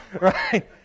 right